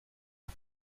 and